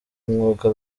umwuga